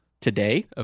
today